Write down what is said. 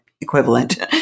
equivalent